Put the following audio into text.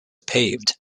paved